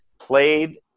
played